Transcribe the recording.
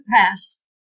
pass